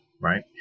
right